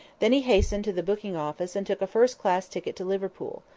then he hastened to the booking office and took a first-class ticket to liverpool,